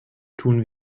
tun